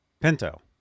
pinto